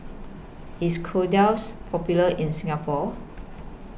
IS Kordel's Popular in Singapore